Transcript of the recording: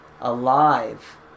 alive